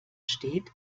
steht